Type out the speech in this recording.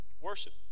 worship